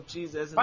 Jesus